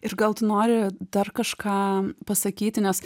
ir gal tu nori dar kažką pasakyti nes